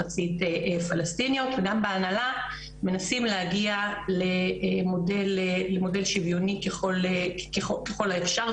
מחצית פלסטיניות וגם בהנהלה מנסים להגיע למודל שוויוני ככול האפשר,